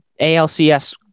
ALCS